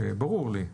ברור לי.